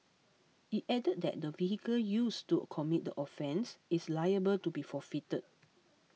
it added that the vehicle used to commit the offence is liable to be forfeited